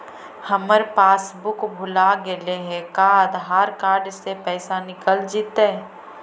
हमर पासबुक भुला गेले हे का आधार कार्ड से पैसा निकल जितै?